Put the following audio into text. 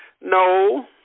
No